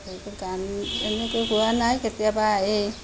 গান এনেকৈ গোৱা নাই কেতিয়াবা এই